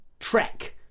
trek